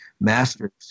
masters